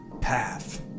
path